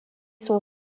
sont